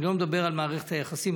אני לא מדבר על מערכת היחסים,